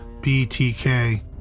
BTK